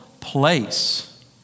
place